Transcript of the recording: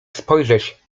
spojrzeć